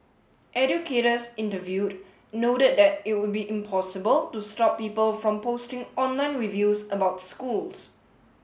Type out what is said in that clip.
educators interviewed noted that it would be impossible to stop people from posting online reviews about schools